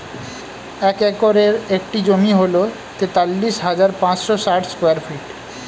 এক একরের একটি জমি হল তেতাল্লিশ হাজার পাঁচশ ষাট স্কয়ার ফিট